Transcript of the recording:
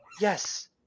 Yes